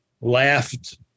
laughed